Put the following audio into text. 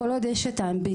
כל עוד יש את האמביציה,